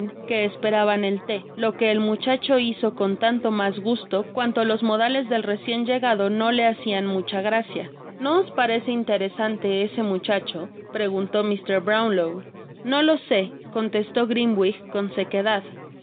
que esperaban el thé lo que el muchacho hizo con tanto mas gusto cuanto los modales del recien llegado no le hacian mucha gracia no os parece interesante ese muchacho preguntó mr brownlow no lo sé contestó grimwig con sequedad no